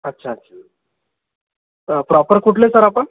अच्छा प्रॉपर कुठले सर आपण